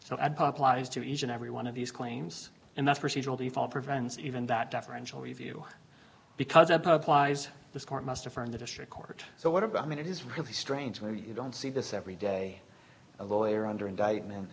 so i'd pop lies to each and every one of these claims and that's procedural default her friends even that deferential review because up applies this court must affirm the district court so what about i mean it is really strange where you don't see this every day a lawyer under indictment